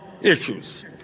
issues